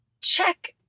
check